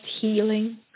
healing